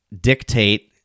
dictate